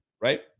Right